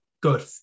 good